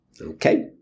Okay